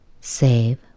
SAVE